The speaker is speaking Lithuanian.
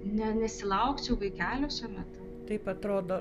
ne nesilaukčiau vaikelio šiuo metu taip atrodo